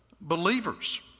believers